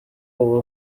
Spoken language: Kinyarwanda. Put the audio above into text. uba